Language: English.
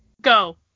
go